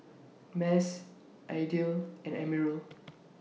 Mas Aidil and Amirul